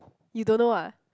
you don't know ah